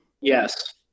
Yes